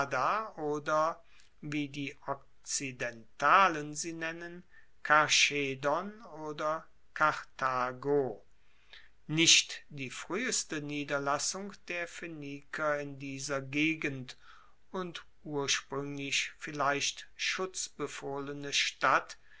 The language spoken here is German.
oder wie die okzidentalen sie nennen karchedon oder karthago nicht die frueheste niederlassung der phoeniker in dieser gegend und urspruenglich vielleicht schutzbefohlene stadt